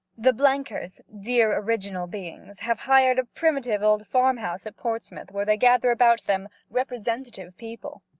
the blenkers, dear original beings, have hired a primitive old farm-house at portsmouth where they gather about them representative people.